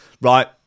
Right